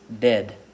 dead